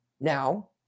Now